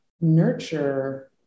nurture